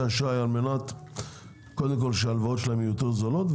האשראי על מנת קודם כל שההלוואות שלהם יהיו יותר זולות,